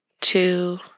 two